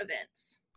events